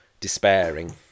despairing